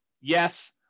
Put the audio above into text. Yes